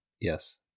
Yes